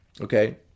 okay